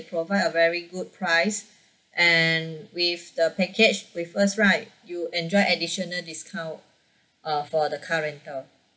provide a very good price and with the package with us right you enjoy additional discount uh for the car rental